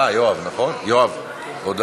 חוק הדגל, הסמל והמנון המדינה (תיקון מס' 7),